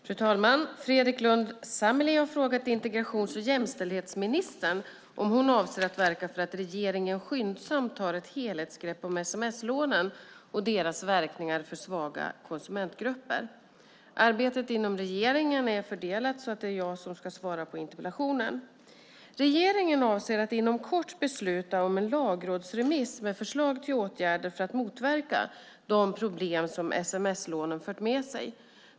Fru talman! Fredrik Lundh Sammeli har frågat integrations och jämställdhetsministern om hon avser att verka för att regeringen skyndsamt tar ett helhetsgrepp om sms-lånen och deras verkningar för svaga konsumentgrupper. Arbetet inom regeringen är så fördelat att det är jag som ska svara på interpellationen. Regeringen avser att inom kort besluta om en lagrådsremiss med förslag till åtgärder för att motverka de problem som sms-lånen fört med sig.